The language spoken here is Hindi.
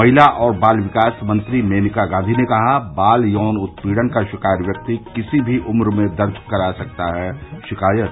महिला और बाल विकास मंत्री मेनका गांधी ने कहा बाल यौन उत्पीड़न का शिकार व्यक्ति किसी भी उप्र में दर्ज करा सकता है शिकायत